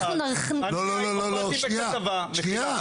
מחילה,